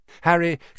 Harry